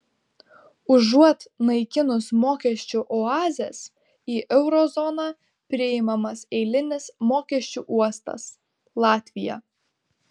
užuot naikinus mokesčių oazes į euro zoną priimamas eilinis mokesčių uostas latvija